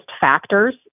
factors